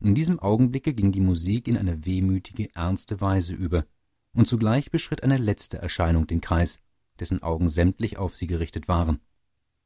in diesem augenblicke ging die musik in eine wehmütige ernste weise über und zugleich beschritt eine letzte erscheinung den kreis dessen augen sämtlich auf sie gerichtet waren